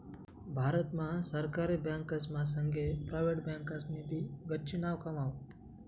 भारत मा सरकारी बँकासना संगे प्रायव्हेट बँकासनी भी गच्ची नाव कमाव